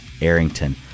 Arrington